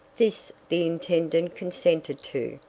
this the intendant consented to,